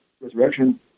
resurrection